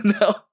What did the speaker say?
no